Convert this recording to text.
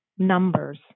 Numbers